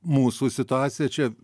mūsų situacija čia